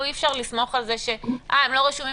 אי אפשר לסמוך על זה ש"הם לא רשומים